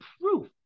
proof